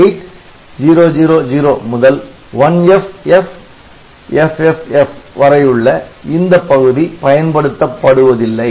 008000 முதல் 1FFFFF வரையுள்ள இந்தப் பகுதி பயன்படுத்தப்படுவதில்லை